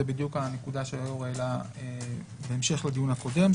זה בדיוק הנקודה שהיו"ר העלה בהמשך לדיון הקודם,